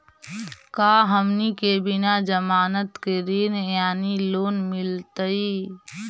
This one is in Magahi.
का हमनी के बिना जमानत के ऋण यानी लोन मिलतई?